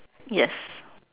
yes